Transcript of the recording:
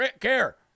care